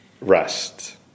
rest